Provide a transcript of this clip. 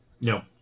No